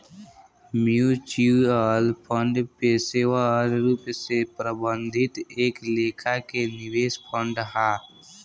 mutual fund पेशेवर रूप से प्रबंधित एक लेखा के निवेश फंड हा